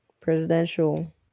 presidential